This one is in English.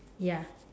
ya